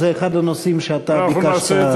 זה אחד הנושאים שאתה ביקשת.